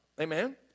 Amen